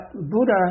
Buddha